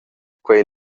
quei